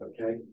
Okay